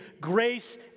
grace